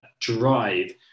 drive